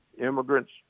immigrants